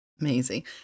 Amazing